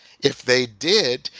if they did,